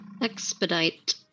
expedite